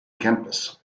campus